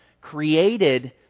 created